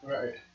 Right